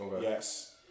yes